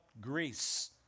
Greece